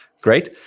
great